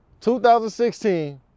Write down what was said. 2016